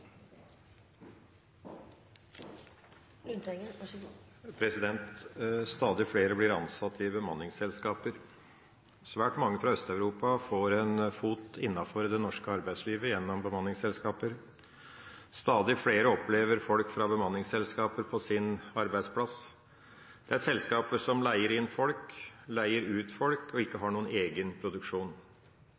Stadig flere blir ansatt i bemanningsselskaper. Svært mange fra Øst-Europa får en fot innenfor det norske arbeidslivet gjennom bemanningsselskaper. Stadig flere opplever folk fra bemanningsselskaper på sin arbeidsplass. Det er selskaper som leier inn folk, leier ut folk og ikke har noen egen produksjon.